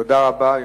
תודה רבה.